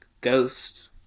ghost